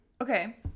Okay